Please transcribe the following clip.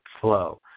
flow